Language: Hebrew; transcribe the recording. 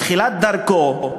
מתחילת דרכו,